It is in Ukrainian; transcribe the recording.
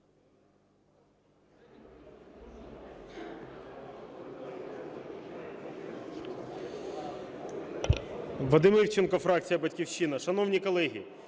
Вадим Івченко, фракція "Батьківщина". Шановні колеги,